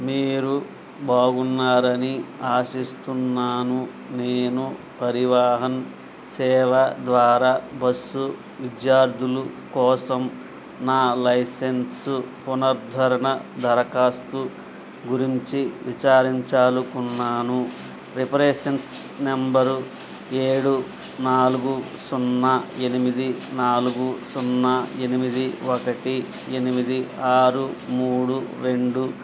మీరు బాగున్నారని ఆశిస్తున్నాను నేను పరివాహన్ సేవ ద్వారా బస్సు విద్యార్థులు కోసం నా లైసెన్సు పునరుద్ధరణ దరఖాస్తు గురించి విచారించాలి అనుకున్నాను రిఫరెన్స్ నెంబరు ఏడు నాలుగు సున్నా ఎనిమిది నాలుగు సున్నా ఎనిమిది ఒకటి ఎనిమిది ఆరు మూడు రెండు